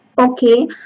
okay